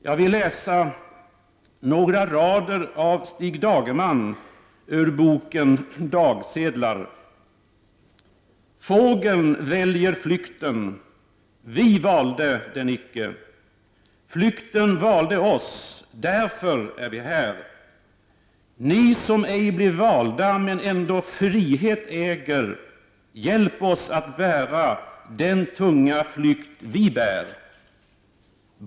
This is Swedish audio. Jag vill läsa några rader av Stig Dagerman, ur boken ”Dagsedlar”: Flykten valde oss Fågeln väljer flykten. Vi valde den icke. Flykten valde oss. Därför är vi här. Ni som ej blev valda — men ändå frihet äger, hjälp oss att bära den tunga flykt vi bär!